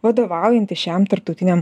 vadovaujantį šiam tarptautiniam